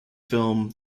film